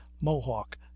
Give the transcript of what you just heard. Mohawk